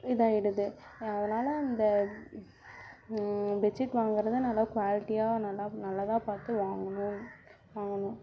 இதாக ஆயிடுது அதனால் இந்த பெட்ஷீட் வாங்குறத நல்லா குவாலிட்டியாக நல்லா நல்லதாக பார்த்து வாங்கணும் வாங்கணும்